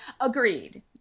Agreed